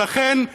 ולכן,